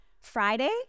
Friday